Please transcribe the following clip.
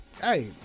hey